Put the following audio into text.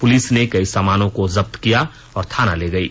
police ने कई सामानों का जब्त किया और थाना ले गयी